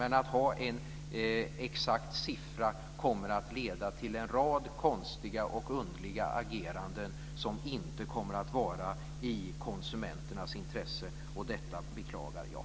Ska man ha en exakt siffra så kommer det att leda till en rad konstiga och underliga ageranden som inte kommer att vara i konsumenternas intresse. Detta beklagar jag.